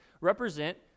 represent